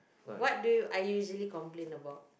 what do you are you usually complain about